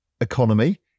economy